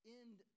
end